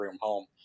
home